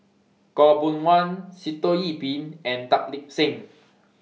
Khaw Boon Wan Sitoh Yih Pin and Tan Lip Seng